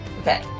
okay